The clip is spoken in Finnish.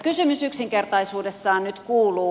kysymys yksinkertaisuudessaan nyt kuuluu